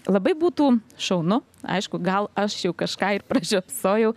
labai būtų šaunu aišku gal aš jau kažką ir pražiopsojau